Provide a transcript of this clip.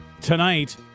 tonight